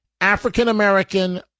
African-American